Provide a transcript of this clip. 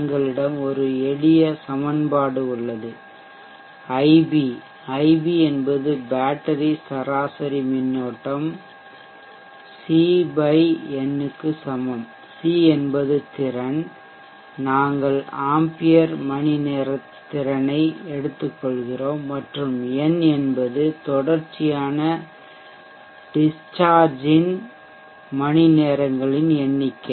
எங்களிடம் ஒரு எளிய சமன்பாடு உள்ளது IB IB என்பது பேட்டரி சராசரி மின்னோட்டம் C N க்கு சமம் C என்பது திறன் நாங்கள் ஆம்பியர் மணிநேர திறனை எடுத்துக்கொள்கிறோம் மற்றும் N என்பது தொடர்ச்சியான டிஷ்சார்ஜ்த்தின்டிஷ்சார்ஜ் மணிநேரங்களின் எண்ணிக்கை